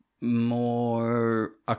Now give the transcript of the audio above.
more